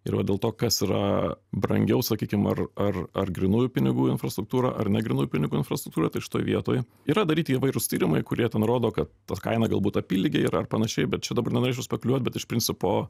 ir va dėl to kas yra brangiau sakykim ar ar ar grynųjų pinigų infrastruktūrą ar negrynųjų pinigų infrastruktūrą tai šitoj vietoj yra daryti įvairūs tyrimai kurie ten rodo kad tos kaina galbūt apylygė yra ar panašiai bet čia dabar nenorėčiau spekuiliuot bet iš principo